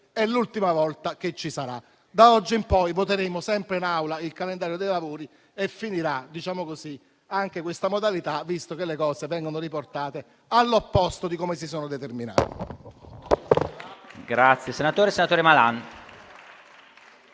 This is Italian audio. è l'ultima volta che ci sarà. Da oggi in poi voteremo sempre in Aula il calendario dei lavori e finirà così anche questa modalità di lavoro, visto che i fatti vengono riportati all'opposto di come si sono determinati.